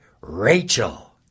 Rachel